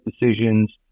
decisions